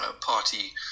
party